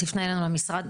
תפנה אלינו למשרד,